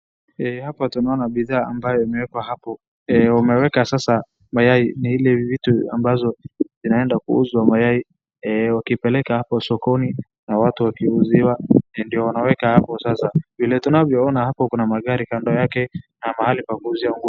Hapa tunaona bidhaa ambayo imewekwa hapo, wameweka sasa mayai ni ile vitu ambazo inaenda kuuzwa mayai, wakipeleka hapo sokoni na watu wakiuziwa ndio wanaweka hapo sasa. Vile tunavyoona hapo kuna mgari kando yake na mahali pa kuuzia nguo.